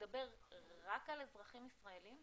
מדבר רק על אזרחים ישראלים?